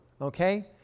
Okay